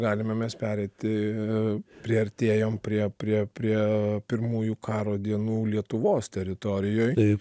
galime mes pereiti priartėjom prie prie prie pirmųjų karo dienų lietuvos teritorijoj